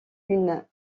une